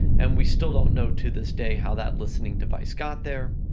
and we still don't know to this day how that listening device got there,